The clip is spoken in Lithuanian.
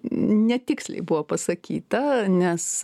netiksliai buvo pasakyta nes